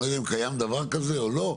אני לא יודע אם קיים דבר כזה או לא,